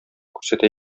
күрсәтә